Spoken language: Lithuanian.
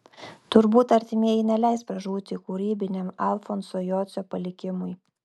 turbūt artimieji neleis pražūti kūrybiniam alfonso jocio palikimui